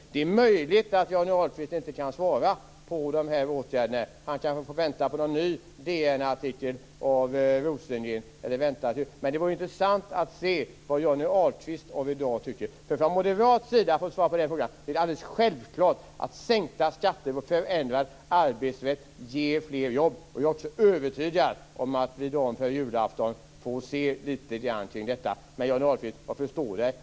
Det är möjligt att Johnny Ahlqvist inte kan svara på frågorna om dessa åtgärder. Han kanske får vänta på en ny DN-artikel av Rosengren. Men det vore intressant att se vad Johnny Ahlqvist av i dag tycker. Från moderat sida, för att svara på frågan, tycker vi att det är alldeles självklart att sänkta skatter och förändrad arbetsrätt ger fler jobb. Jag är också övertygad om att vi dagen före julafton får se lite grann kring detta. Men jag förstår Johnny Ahlqvist.